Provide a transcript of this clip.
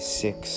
six